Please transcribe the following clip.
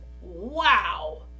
Wow